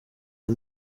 iyo